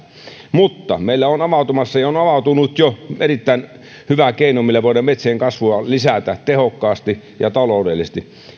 mutta meillä on avautumassa ja on avautunut jo erittäin hyvä keino millä voidaan metsien kasvua lisätä tehokkaasti ja taloudellisesti